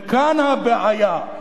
וכאן הבעיה,